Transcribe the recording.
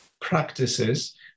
practices